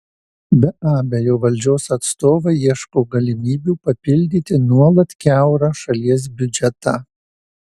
be abejo valdžios atstovai ieško galimybių papildyti nuolat kiaurą šalies biudžetą